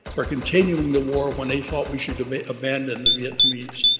for continuing the war when they thought we should abandon the vietnamese.